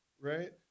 right